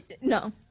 No